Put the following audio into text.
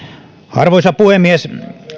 arvoisa puhemies